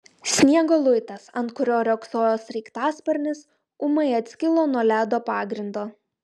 sniego luitas ant kurio riogsojo sraigtasparnis ūmai atskilo nuo ledo pagrindo